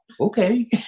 okay